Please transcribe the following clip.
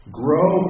grow